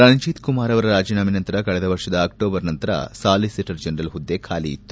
ರಣಜೀತ್ ಕುಮಾರ್ ಅವರ ರಾಜೀನಾಮೆ ನಂತರ ಕಳೆದ ವರ್ಷದ ಅಕ್ಷೋಬರ್ ನಂತರ ಸಾಲಿಸಿಟರ್ ಜನರಲ್ ಹುದ್ದೆ ಖಾಲಿ ಇತ್ತು